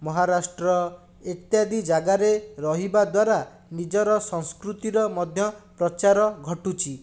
ମହାରାଷ୍ଟ୍ର ଇତ୍ୟାଦି ଜାଗାରେ ରହିବା ଦ୍ଵାରା ନିଜର ସଂସ୍କୃତିର ମଧ୍ୟ ପ୍ରଚାର ଘଟୁଛି